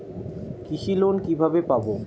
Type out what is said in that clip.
কৃষি লোন কিভাবে পাব?